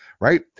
right